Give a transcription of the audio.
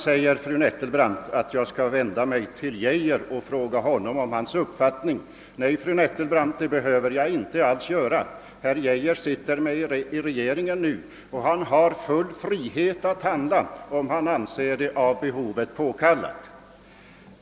Fru Nettelbrandt sade att jag skulle vända mig till statsrådet Geijer och fråga honom om hans uppfattning. Nej, fru Nettelbrandt, det behöver jag inte alls göra. Herr Geijer sitter med i regeringen och har full frihet att handla om han anser det av behovet påkallat.